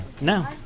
No